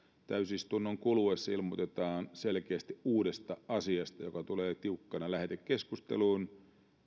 täysistunnon kuluessa ilmoitetaan selkeästi uudesta asiasta joka tulee tiukkana lähetekeskusteluun